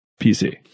PC